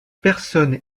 personne